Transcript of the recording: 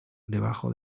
debajo